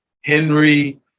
Henry